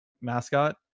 mascot